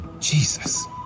Jesus